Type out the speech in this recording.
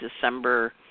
December